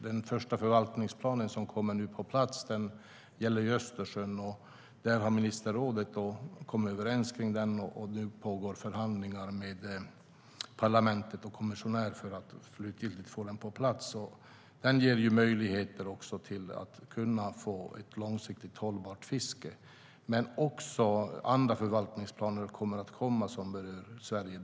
Den första förvaltningsplanen som nu kommer på plats gäller Östersjön, och kring den har ministerrådet kommit överens. Nu pågår förhandlingar med parlamentet och kommissionären för att få den på plats. Den ger möjlighet till ett långsiktigt hållbart fiske. Även andra förvaltningsplaner kommer att komma som berör Sverige.